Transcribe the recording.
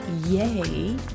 Yay